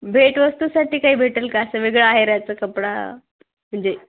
भेटवस्तूसाठी काही भेटेल का असं वेगळं आहेराचा कपडा म्हणजे